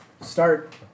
start